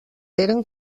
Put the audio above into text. eren